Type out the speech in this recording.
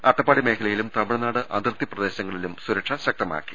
അട്ടപ്പാടി മേഖലയിലും തമിഴ്നാട് അതിർത്തി പ്രദേശങ്ങളിലും സുരക്ഷ ശക്തമാക്കി